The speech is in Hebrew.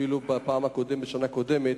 אפילו בשנה הקודמת,